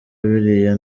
biriya